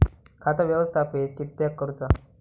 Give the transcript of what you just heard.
खाता व्यवस्थापित किद्यक करुचा?